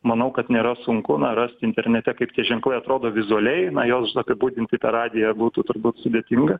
manau kad nėra sunku na rasti internete kaip tie ženklai atrodo vizualiai na juos apibūdinti per radiją būtų turbūt sudėtinga